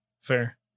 Fair